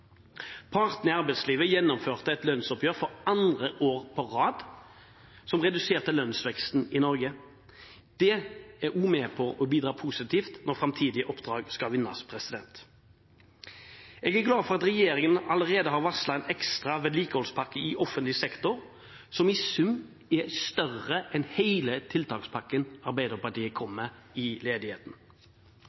Partene i arbeidslivet gjennomførte et lønnsoppgjør for andre år på rad som reduserte lønnsveksten i Norge. Det er også med på å bidra positivt når framtidige oppdrag skal vinnes. Jeg er glad for at regjeringen allerede har varslet en ekstra vedlikeholdspakke i offentlig sektor som i sum er større enn hele tiltakspakken Arbeiderpartiet kom med mot ledigheten.